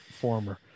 former